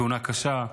תאונה קשה.